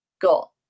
got